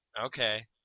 Okay